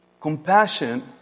compassion